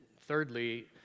thirdly